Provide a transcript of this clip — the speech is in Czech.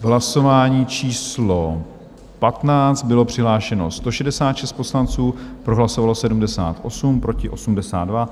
Hlasování číslo 15, bylo přihlášeno 166 poslanců, pro hlasovalo 78, proti 82.